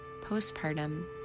postpartum